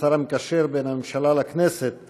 השר המקשר בין הממשלה לבין הכנסת,